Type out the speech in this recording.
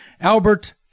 Albert